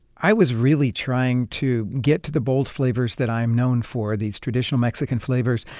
i was really trying to get to the bold flavors that i am known for, these traditional mexican flavors,